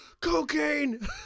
Cocaine